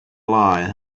lie